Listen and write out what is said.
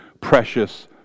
precious